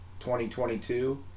2022